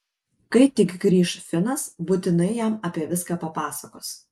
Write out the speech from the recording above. kai tik grįš finas būtinai jam apie viską papasakos